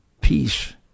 peace